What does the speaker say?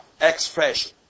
expression